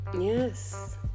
Yes